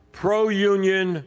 pro-union